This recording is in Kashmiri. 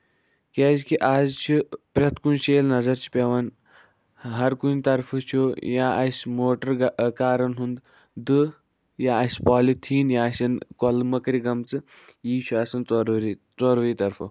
کیازِ کہِ آز چھُ پرٮ۪تھ کُنہِ جایہِ چھِ نَظر پٮ۪وان ہَر کُنہِ طرفہٕ چھُ یا اَسہِ موٹر کارَن ہُند دٔہہ یا اَسہِ پالِتھیٖن یا آسَن کۄلہٕ مٔکرِ گٔمژٕ یہِ چھُ آسان ژورو رٮ۪تۍ ژوروے طرفہٕ